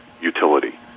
utility